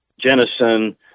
Jennison